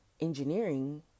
Engineering